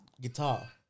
guitar